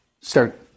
Start